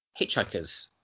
hitchhikers